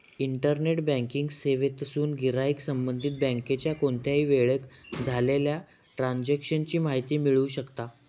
internet banking सेवेतसून गिराईक संबंधित बँकेच्या कोणत्याही वेळेक झालेल्या ट्रांजेक्शन ची माहिती मिळवू शकता